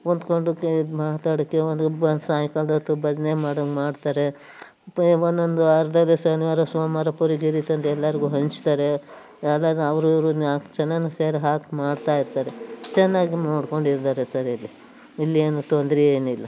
ಹೊಂದ್ಕೊಂಡು ಇದು ಮಾತಾಡೋಕೆ ಒಂದು ಬ ಸಾಯಂಕಾಲ್ದ ಹೊತ್ತು ಭಜನೆ ಮಾಡೋಂಗೆ ಮಾಡ್ತಾರೆ ಮತ್ತು ಒಂದೊಂದು ಅರ್ಧ ದಿವ್ಸ್ ಶನಿವಾರ ಸೋಮವಾರ ಪುರಿ ಗಿರಿ ತಂದು ಎಲ್ಲರ್ಗೂ ಹಂಚ್ತಾರೆ ಆದಾಗ ಅವರು ಇವರು ನಾಲ್ಕು ಜನರೂ ಸೇರಿ ಹಾಕಿ ಮಾಡ್ತಾಯಿರ್ತಾರೆ ಚೆನ್ನಾಗಿ ನೋಡ್ಕೊಂಡಿದ್ದಾರೆ ಸರ್ ಇಲ್ಲಿ ಇಲ್ಲಿ ಏನೂ ತೊಂದರೆ ಏನಿಲ್ಲ